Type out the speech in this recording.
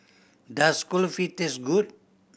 does Kulfi taste good